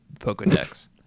pokedex